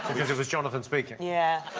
because it was jonathan speaking. yeah.